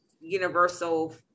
universal